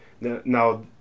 Now